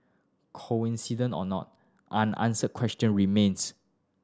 coincidence or not unanswered question remains